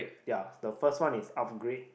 ya the first one is upgrade